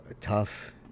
tough